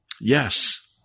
yes